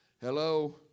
Hello